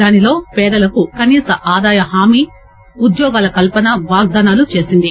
దానిలో పేదలకు కనీస ఆదాయ హామీ ఉద్యోగాల కల్పన వాగ్దానాలను చేసింది